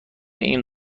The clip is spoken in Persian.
این